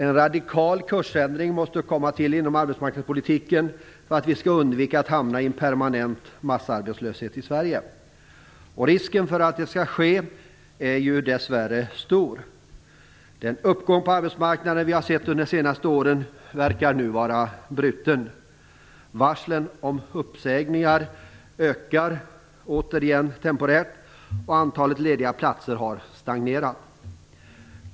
En radikal kursändring måste till inom arbetsmarknadspolitiken för att vi skall undvika att hamna i en permanent massarbetslöshet i Sverige. Risken för att det skall ske är dess värre stor. Den uppgång på arbetsmarknaden som vi har sett de senaste åren verkar nu vara bruten. Varslen om uppsägningar ökar återigen temporärt och antalet lediga platser har stagnerat.